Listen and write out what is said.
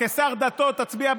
כשר דתות תצביע בעדה.